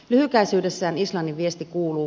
lyhykäisyydessään islannin viesti kuuluu